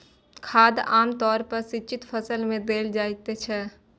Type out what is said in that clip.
खाद आम तौर पर सिंचित फसल मे देल जाइत छै